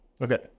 Okay